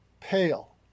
pale